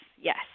yes